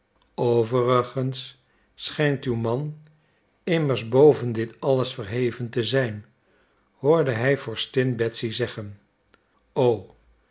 overigens schijnt uw man immers boven dit alles verheven te zijn hoorde hij vorstin betsy zeggen o